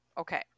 Okay